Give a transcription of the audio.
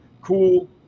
Cool